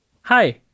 Hi